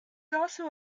also